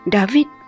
David